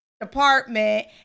department